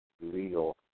legal